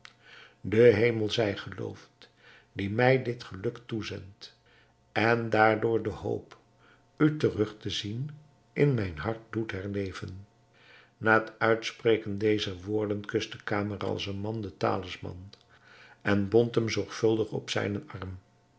de hemel zij geloofd die mij dit geluk toezendt en daardoor de hoop u terug te zien in mijn hart doet herleven na het uitspreken dezer woorden kuste camaralzaman den talisman en bond hem zorgvuldig om zijnen arm